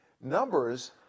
numbers